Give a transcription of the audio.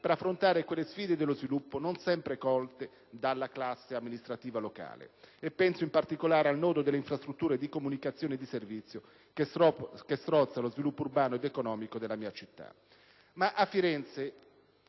per affrontare quelle sfide dello sviluppo, non sempre colte dalla classe amministrativa locale. Penso in particolare al nodo delle infrastrutture di comunicazione e di servizio, che strozzano lo sviluppo urbano ed economico della mia città. Tuttavia a Firenze,